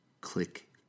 Click